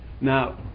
Now